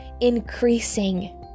increasing